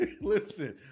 Listen